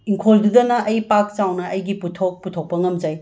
ꯏꯪꯈꯣꯜꯗꯨꯗꯅ ꯑꯩ ꯄꯥꯛ ꯆꯥꯎꯅ ꯑꯩꯒꯤ ꯄꯣꯠꯊꯣꯛ ꯄꯨꯊꯣꯛꯄ ꯉꯝꯖꯩ